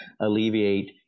alleviate